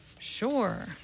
Sure